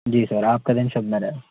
जी sir आपका दिन शुभमय रहे